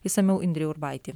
išsamiau indrė urbaitė